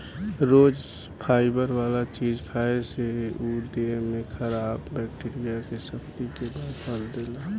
रोज fibre वाला चीज खाए से उ देह में खराब बैक्टीरिया के शक्ति में बदल देला